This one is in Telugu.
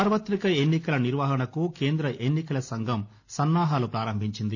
సార్వతిక ఎన్నికల నిర్వహణకు కేంద్ర ఎన్నికల సంఘం సన్నాహాలు పారంభించింది